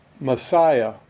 Messiah